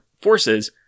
forces